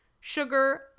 sugar